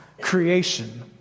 creation